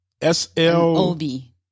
S-L-O-B